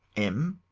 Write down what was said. m